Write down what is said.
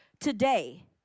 today